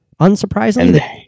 Unsurprisingly